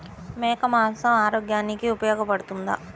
మేక మాంసం ఆరోగ్యానికి ఉపయోగపడుతుందా?